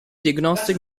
diagnostic